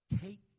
Take